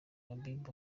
habiba